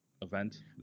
event